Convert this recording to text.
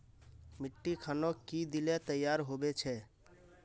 मिट्टी खानोक की दिले तैयार होबे छै?